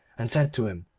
and said to him,